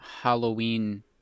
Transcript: Halloween